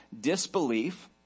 disbelief